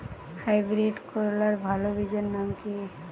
Hybrid করলার ভালো বীজের নাম কি?